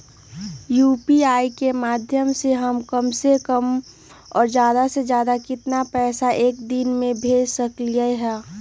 UPI के माध्यम से हम कम से कम और ज्यादा से ज्यादा केतना पैसा एक दिन में भेज सकलियै ह?